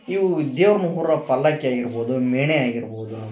ಇವು ವಿದ್ಯ ಮುಹುರ ಪಲ್ಲಕ್ಕಿ ಆಗಿರ್ಬೋದು ಮೇಣೆ ಆಗಿರರ್ಬೋದು